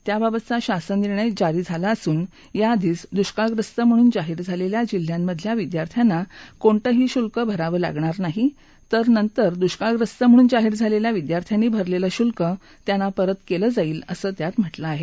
त्याबाबतचा शासननिर्णय जारी झाला असून याआधीच दुष्काळग्रस्त म्हणून जाहीर झालेल्या जिल्ह्यांमधल्या विद्यार्थ्यांना कोणतही शुल्क भरावं लागणार नाही तर नंतर दुष्काळग्रस्त म्हणून जाहीर झालेल्या विद्यार्थ्यानी भरलेलं शुल्कं त्यांना परत केलं जाईल असं त्यात म्हटलं आहे